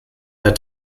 der